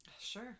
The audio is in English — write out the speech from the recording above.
sure